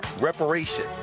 Reparation